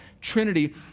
Trinity